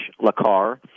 Lakar